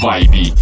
Vibe